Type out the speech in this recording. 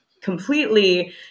completely